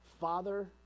Father